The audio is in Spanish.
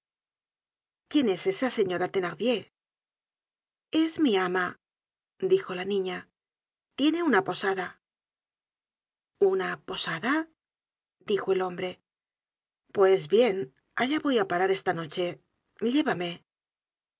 quién es esa señora thenardier es mi ama dijo la niña tiene una posada una posada dijo el hombre pues bien alíá voy á pararosla no che llévame